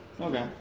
okay